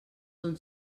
són